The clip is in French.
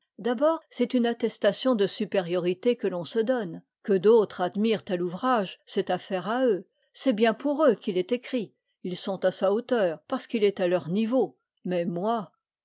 d'abord c'est une attestation de supériorité que l'on se donne que d'autres admirent tel ouvrage c'est affaire à eux c'est bien pour eux qu'il est écrit ils sont à sa hauteur parce qu'il est à leur niveau mais moi